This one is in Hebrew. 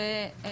תודה.